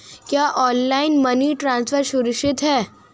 क्या online money transfer सुरक्षित है?